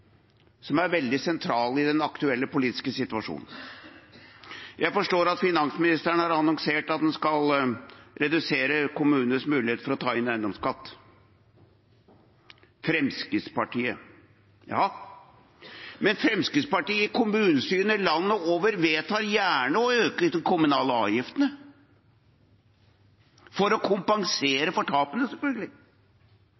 som er veldig sentrale i den aktuelle politiske situasjonen. Jeg forstår at finansministeren har annonsert at en skal redusere kommunenes mulighet til å ta inn eiendomsskatt. Fremskrittspartiet, ja – men Fremskrittspartiet i kommunestyrene landet over vedtar gjerne å øke de kommunale avgiftene for å